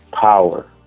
Power